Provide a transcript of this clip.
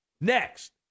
next